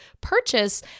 purchase